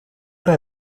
una